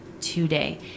today